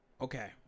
Okay